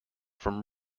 from